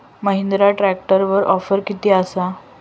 महिंद्रा ट्रॅकटरवर ऑफर किती आसा?